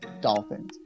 Dolphins